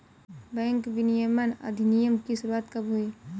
Bank विनियमन अधिनियम की शुरुआत कब हुई?